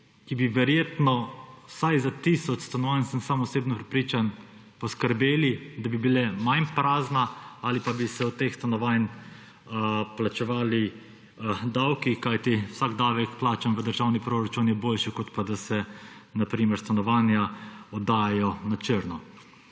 bi verjetno vsaj za tisoč stanovanj, sem osebno prepričan, poskrbeli, da bi bila manj prazna ali pa bi se od teh stanovanj plačevali davki. Kajti vsak davek, plačan v državni proračun, je boljši kot pa, da se na primer stanovanja oddajo na črno.